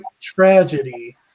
tragedy